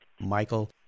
Michael